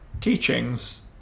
teachings